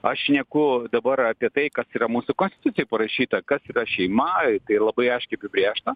aš šneku dabar apie tai kas yra mūsų konstitucijoj parašyta kas šeima tai labai aiškiai apibrėžta